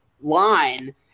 line